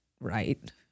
right